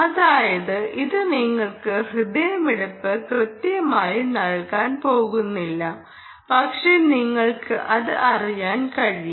അതായത് ഇത് നിങ്ങൾക്ക് ഹൃദയമിടിപ്പ് കൃത്യമായി നൽകാൻ പോകുന്നില്ല പക്ഷേ നിങ്ങൾക്ക് അത് അറിയാൻ കഴിയും